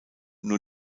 nur